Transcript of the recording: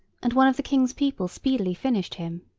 and one of the king's people speedily finished him.